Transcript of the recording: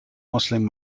muslim